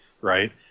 right